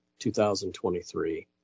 2023